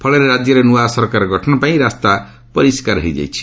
ଫଳରେ ରାଜ୍ୟରେ ନୂଆ ସରକାର ଗଠନ ପାଇଁ ରାସ୍ତା ପରିଷ୍କାର ହୋଇଯାଇଛି